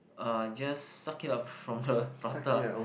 uh just suck it up from the prata